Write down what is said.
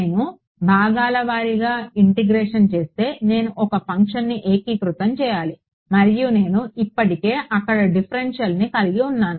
నేను భాగాల వారీగా ఇంటిగ్రేషన్ చేస్తే నేను ఒక ఫంక్షన్ను ఏకీకృతం చేయాలి మరియు నేను ఇప్పటికే అక్కడ డిఫరెన్షియల్ని కలిగి ఉన్నాను